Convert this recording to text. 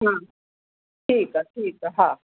हा ठीकु आहे ठीकु आहे हा